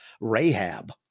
Rahab